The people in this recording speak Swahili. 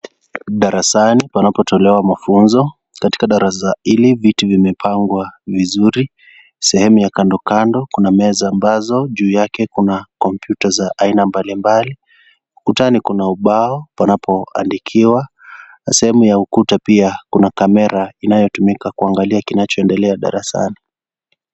Darasani panapotolewa mafunzo, katika darasa hili viti vimepangwa vizuri, sehemu ya kandokando kuna meza ambazo juu yake kuna kompyuta za aina mbalimbali, ukutani kuna ubao panapoandikiwa, sehemu ya ukuta pia kuna kamera inayotumika kuangalia kinachoendelea darasani.